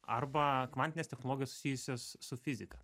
arba kvantinės technologijos susijusios su fizika